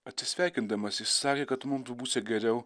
atsisveikindamas jis sakė kad mum būsią geriau